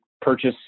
purchase